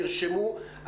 ירשמו.